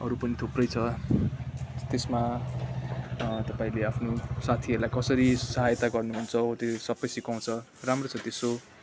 अरू पनि थुप्रै छ त्यसमा तपाईँले आफ्नो साथीहरूलाई कसरी सहायता गर्नुहुन्छ हो त्यो सबै सिकाउँछ राम्रो छ त्यो सो